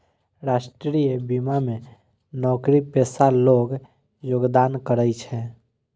राष्ट्रीय बीमा मे नौकरीपेशा लोग योगदान करै छै